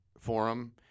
forum